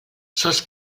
sols